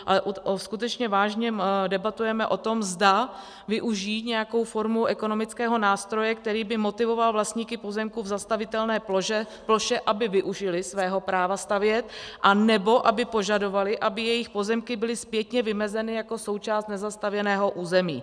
Ale skutečně vážně debatujeme o tom, zda využít nějakou formu ekonomického nástroje, který by motivoval vlastníky pozemků v zastavitelné ploše, aby využili svého práva stavět anebo aby požadovali, aby jejich pozemky byly zpětně vymezeny jako součást nezastavěného území.